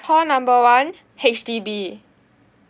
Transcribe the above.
call number one H_D_B